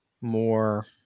more